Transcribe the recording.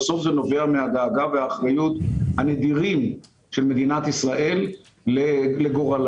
בסוף זה נובע מהדאגה והאחריות הנדירים של מדינת ישראל לגורלם.